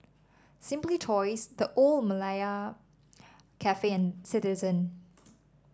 Simply Toys The Old Malaya Cafe and Citizen